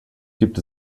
gibt